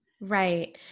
Right